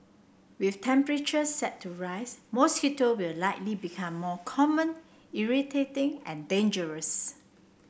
with temperatures set to rise mosquito will likely become more common irritating and dangerous